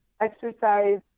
exercise